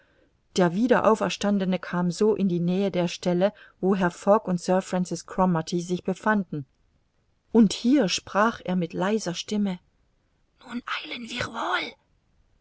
der wiederauferstandene kam so in die nähe der stelle wo herr fogg und sir francis cromarty sich befanden und hier sprach er mit leiser stimme nun eilen